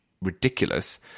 ridiculous